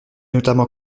notamment